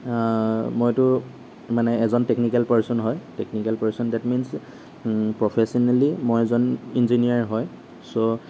মইটো মানে এজন টেকনিকেল পাৰ্চন হয় technical person that means professionally মই এজন ইঞ্জিনিয়াৰ হয় চ'